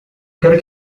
quero